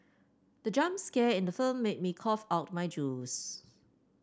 the jump scare in the film made me cough out my juice